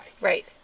right